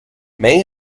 may